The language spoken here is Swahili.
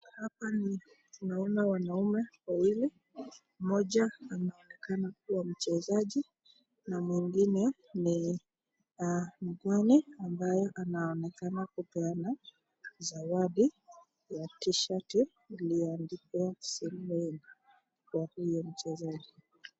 hapa ni tunaona wanaume wawili mmoja anaonekana kuwa mchezaji na mwingine ni mgeni ambaye anaonekana kupeana zawadi ya t-shirt iliyoandikwa Sylvaine kwa huyu mchezaji